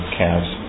calves